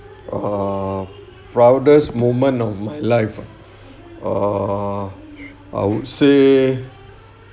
uh proudest moment of my life ah err I would say